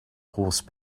horse